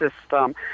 system